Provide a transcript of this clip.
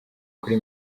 kuri